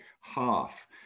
half